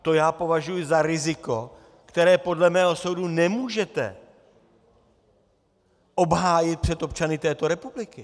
Prosím vás, to já považuji za riziko, které podle mého soudu nemůžete obhájit před občany této republiky.